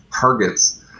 targets